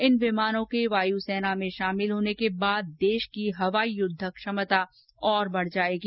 इन विमानों के वायुसेना में शामिल होने के बाद देश की हवाई युद्धक क्षमता और बढ़ जायेगी